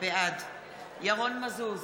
בעד ירון מזוז,